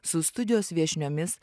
su studijos viešniomis